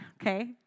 okay